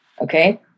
okay